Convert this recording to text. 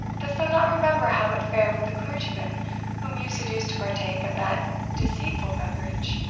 dost thou not remember how it fared with the clergyman whom you seduced to partake of that deceitful beverage?